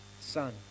Son